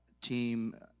team